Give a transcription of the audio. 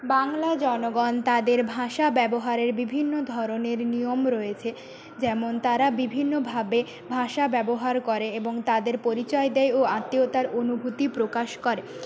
বাংলা জনগণ তাদের ভাষা ব্যবহারের বিভিন্ন ধরণের নিয়ম রয়েছে যেমন তারা বিভিন্নভাবে ভাষা ব্যবহার করে এবং তাদের পরিচয় দেয় ও আত্মীয়তার অনুভূতি প্রকাশ করে